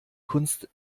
kunst